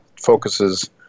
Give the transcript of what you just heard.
focuses